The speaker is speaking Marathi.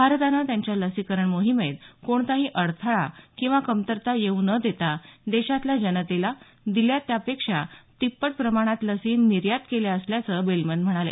भारतानं त्यांच्या लसीकरण मोहिमेत कोणताही अडथळा किंवा कमतरता येऊ न देता देशातल्या जनतेला दिल्या त्यापेक्षा तिप्पट प्रमाणात लसी निर्यात केल्या असल्याचं बेलमन म्हणाले